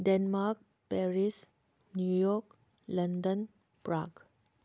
Denmark Paris New York London prague